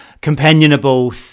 companionable